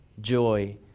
Joy